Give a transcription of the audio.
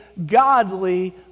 godly